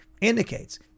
indicates